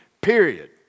period